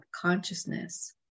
consciousness